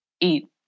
eat